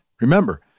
Remember